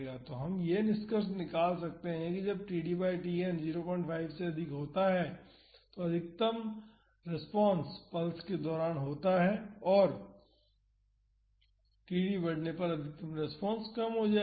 तो हम यह निष्कर्ष निकाल सकते हैं कि जब td बाई Tn 05 से अधिक होता है तो अधिकतम रेस्पॉन्स पल्स के दौरान होती है और td बढ़ने पर अधिकतम रेस्पॉन्स कम हो जाएगा